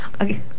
Okay